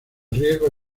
riesgo